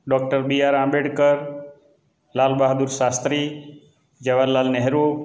doctor B R Ambedkar Lal Bahadur Shastri Jawaharlal Nehru